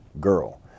girl